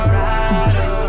rider